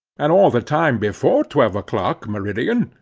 and all the time before twelve o'clock, meridian,